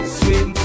swim